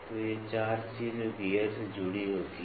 तो ये 4 चीजें हैं जो गियर से जुड़ी होती हैं